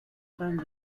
femme